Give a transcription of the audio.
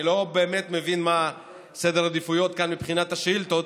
אני לא באמת מבין מה סדר העדיפויות כאן מבחינת השאילתות,